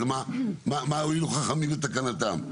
ומה הועילו חכמים בתקנתם.